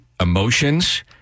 emotions